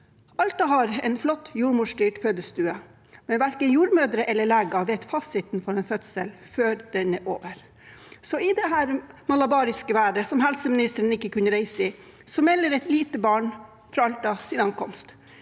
Alta har en flott jordmorstyrt fødestue, men verken jordmødre eller leger vet fasiten for en fødsel før den er over. I dette malabariske været, som helseministeren ikke